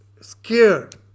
scared